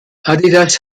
adidas